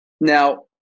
Now